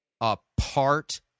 apart